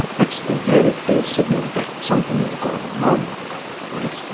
that's a very clear signal that something is going wrong with the company, right?